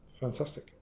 Fantastic